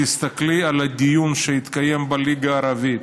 תסתכלי על הדיון שהתקיים בליגה הערבית.